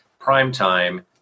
primetime